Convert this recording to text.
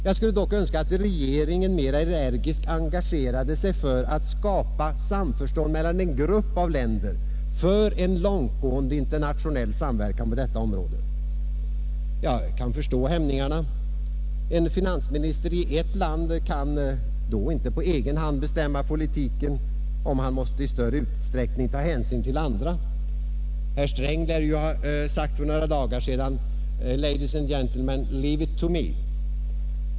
Jag skulle dock önska, att regeringen mer energiskt engagerade sig för att skapa samförstånd mellan en grupp av länder för en långt gående internationell samverkan på detta område. Jag kan förstå hämningarna. En finansminister i ett land kan då inte på egen hand bestämma politiken, om han i större utsträckning skall ta hänsyn till andra. Herr Sträng lär ju ha sagt för några dagar sedan: ”Ladies and gentlemen, leave it to me!